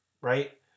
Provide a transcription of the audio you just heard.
right